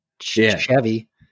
Chevy